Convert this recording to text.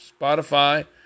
Spotify